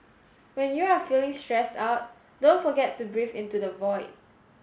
when you are feeling stressed out don't forget to breathe into the void